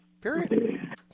Period